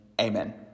amen